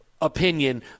opinion